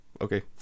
okay